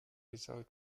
without